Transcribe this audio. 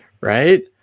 right